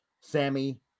Sammy